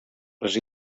les